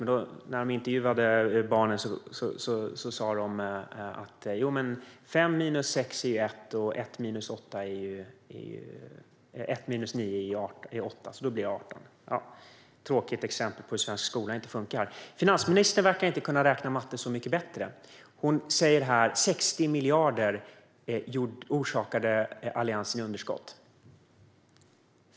Men när barnen intervjuades sa de att 5 minus 6 är 1, och 1 minus 9 är 8, och då blir det 18. Det är ett tråkigt exempel på att svensk skola inte funkar. Finansministern verkar inte kunna räkna så mycket bättre. Hon säger här att Alliansen orsakade 60 miljarder i underskott.